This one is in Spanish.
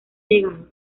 llegado